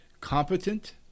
competent